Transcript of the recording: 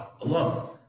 alone